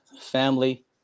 family